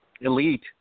Elite